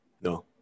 No